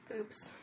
Oops